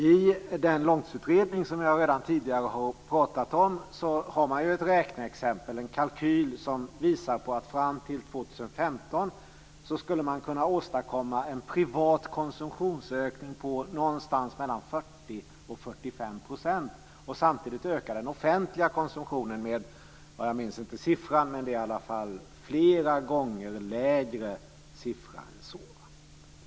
I den långtidsutredning som jag redan tidigare har pratat om finns det en kalkyl som visar att fram till 2015 skulle man kunna åstadkomma en privat konsumtionsökning på mellan 40 och 45 % och samtidigt öka den offentliga konsumtionen med en flera gånger lägre siffra.